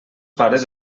pares